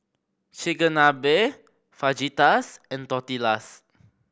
Chigenabe Fajitas and Tortillas